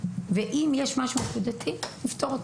ואם יש משהו נקודתי נפתור אותו.